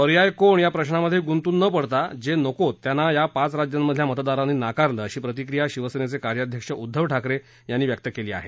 पर्याय कोण या प्रश्नात गुतूंन न पडताजे नकोत त्यांना या पाच राज्यांमधल्या मतदारांनी नाकारलं अशी प्रतिक्रिया शिवसेनेचे कार्याध्यक्ष उद्धव ठाकरे यांनी व्यक्त केली आहे